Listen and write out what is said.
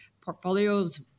portfolios